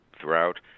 throughout